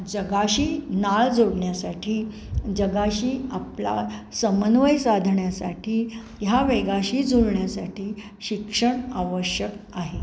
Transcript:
जगाशी नाळ जोडण्यासाठी जगाशी आपला समन्वय साधण्यासाठी ह्या वेगाशी जुळण्यासाठी शिक्षण आवश्यक आहे